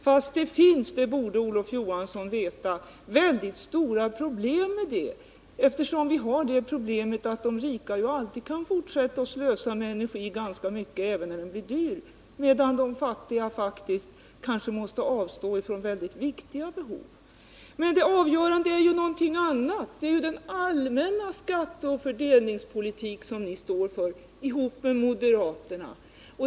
Men det finns, det borde Olof Johansson veta, stora problem med det — de rika kan alltid fortsätta att slösa med energi även när den blir dyr, medan de fattiga kanske måste avstå från viktiga behov. Det avgörande är emellertid den allmänna skatteoch fördelningspolitik som ni står för ihop med moderaterna.